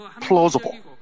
plausible